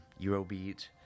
Eurobeat